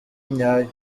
nyayo